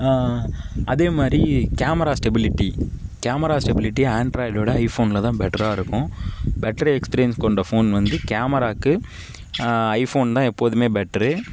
அதேமாதிரி camera stability camera stability ஆண்ட்ராய்டோடு ஐபோனில் தான் பெட்டராக இருக்கும் பெட்டர் எக்ஸ்பிரியன்ஸ் கொண்ட போன் வந்து கேமராவுக்கு ஐபோன் தான் எப்போதும் பெட்டரு